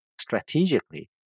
strategically